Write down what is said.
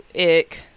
ick